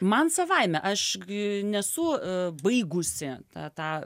man savaime aš gi nesu baigusi tą